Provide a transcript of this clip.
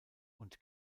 und